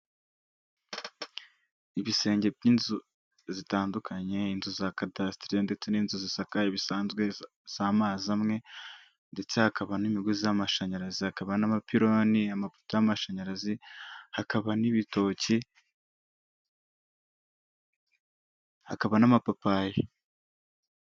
Ibisenge by'inzu zitandukanye inzu za kadasitere ndetse n'inzu zisakaye bisanzwe z'amazi amwe ndetse hakaba n'imigozi y'amashanyarazi, hakaba n'abapironi, amapoto y'amashanyarazi, hakaba n'ibitoki, hakaba n'amapapayi.